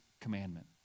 commandment